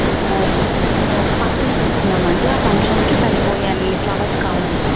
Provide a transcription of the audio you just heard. మేము ఒక ఫంక్షన్ చేస్తున్నామండి ఆ ఫంక్షన్కి సరిపోయే అన్ని ఫ్లవర్స్ కావాలి